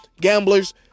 gamblers